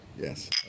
Yes